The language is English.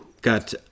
got